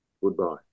goodbye